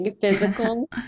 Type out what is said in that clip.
physical